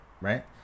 right